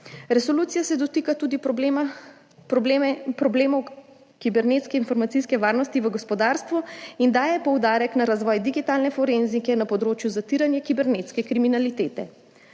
Resolucija se dotika tudi problemov kibernetske informacijske varnosti v gospodarstvu in daje poudarek na razvoj digitalne forenzike na področju zatiranja kibernetske kriminalitete.